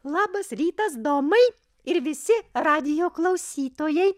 labas rytas domai ir visi radijo klausytojai